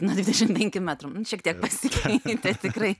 nuo dvidešim penkių metrų šiek tiek pasikeitė tikrai